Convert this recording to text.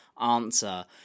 answer